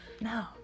No